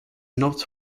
not